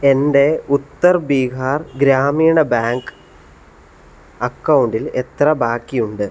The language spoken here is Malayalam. എൻ്റെ ഉത്തർ ബീഹാർ ഗ്രാമീണ ബാങ്ക് അക്കൗണ്ടിൽ എത്ര ബാക്കിയുണ്ട്